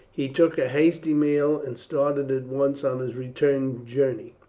he took a hasty meal, and started at once on his return journey